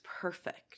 perfect